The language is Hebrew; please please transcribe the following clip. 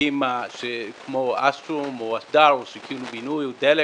דירוגים כמו "אשטרום" או "אשדר" או "שיכון ובינוי" או "דלק".